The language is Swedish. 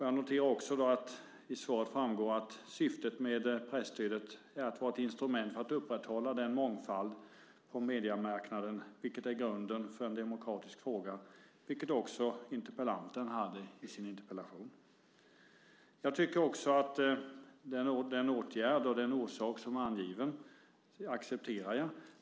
Jag noterar också att det framgår i svaret att syftet med presstödet är att vara ett instrument för att upprätthålla en mångfald på mediemarknaden - i grunden en demokratifråga. Det framförde också interpellanten i sin interpellation. Jag accepterar den åtgärd och den orsak som har angivits.